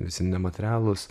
visi nematerialūs